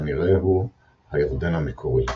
וכנראה הוא "הירדן המקורי".